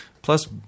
Plus